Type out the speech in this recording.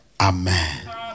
amen